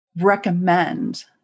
recommend